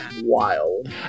Wild